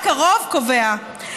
רק הרוב קובע.